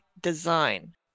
design